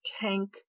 tank